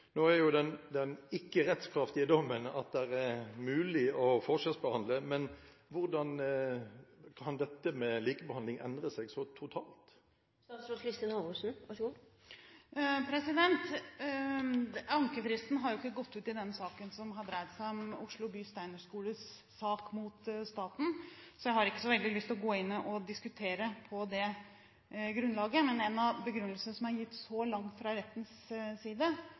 Nå sier jo den ikke rettskraftige dommen at det er mulig å forskjellsbehandle, men hvordan kan dette med likebehandling endre seg så totalt? Ankefristen har ikke gått ut i denne saken – Oslo by Steinerskoles sak mot staten – så jeg har ikke så veldig lyst til å gå inn og diskutere på det grunnlaget. En av begrunnelsene som er gitt så langt fra rettens side,